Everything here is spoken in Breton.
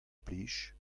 plij